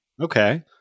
okay